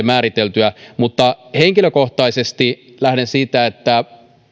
määriteltyä mutta henkilökohtaisesti lähden siitä että